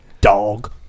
Dog